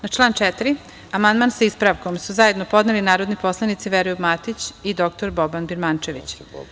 Na član 4. amandman sa ispravkom su zajedno podneli narodni poslanici Veroljub Matić i dr Boban Birmančević.